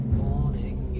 morning